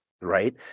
right